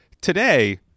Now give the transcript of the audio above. Today